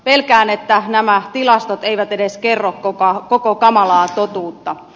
pelkään että nämä tilastot eivät edes kerro koko kamalaa totuutta